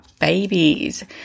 babies